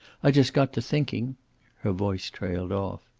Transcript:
i just got to thinking her voice trailed off.